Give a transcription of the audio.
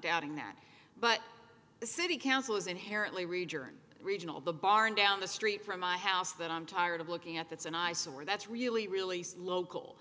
doubting that but the city council is inherently region regional the barn down the street from my house that i'm tired of looking at that's an eyesore that's really really slow coal